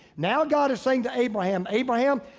now god is saying to abraham, abraham,